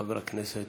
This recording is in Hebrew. בבקשה, חבר הכנסת